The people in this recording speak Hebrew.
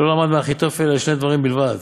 שלא למד מאחיתופל אלא שני דברים בלבד,